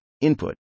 input